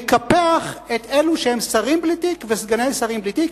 שמקפח את אלו שהם שרים בלי תיק וסגני שרים בלי תיק.